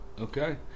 Okay